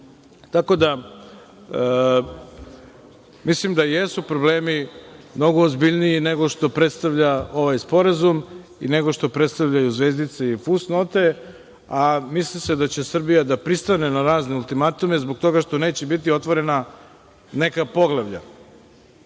Tako da, mislim da jesu problemi mnogo ozbiljniji nego što predstavlja ovaj sporazum, nego što predstavljaju zvezdice i fusnote, a misli se da će Srbija da pristane na razne ultimatume, zbog toga što neće biti otvorena neka poglavlja. Mi